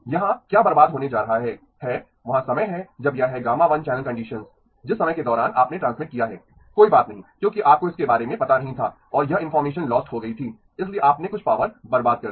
यहां क्या बर्बाद हो रहा है है वहाँ समय हैं जब यह है γ1 चैनल कंडीशन्स जिस समय के दौरान आपने ट्रांसमिट किया है कोई बात नहीं क्योंकि आपको इसके बारे में पता नहीं था और यह इनफार्मेशन लॉस्ट हो गई थी इसलिए आपने कुछ पॉवर बर्बाद कर दी